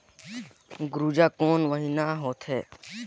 गुनजा कोन महीना होथे?